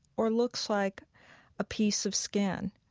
or looks like a piece of skin.